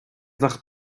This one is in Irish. nach